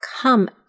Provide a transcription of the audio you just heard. Come